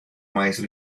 maestro